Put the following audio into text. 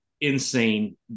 insane